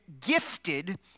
gifted